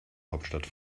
hauptstadt